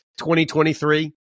2023